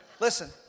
Listen